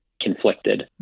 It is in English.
conflicted